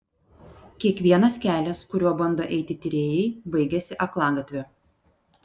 kiekvienas kelias kuriuo bando eiti tyrėjai baigiasi aklagatviu